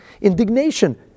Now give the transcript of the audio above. indignation